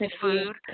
food